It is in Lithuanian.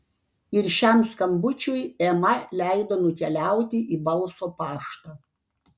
ir šiam skambučiui ema leido nukeliauti į balso paštą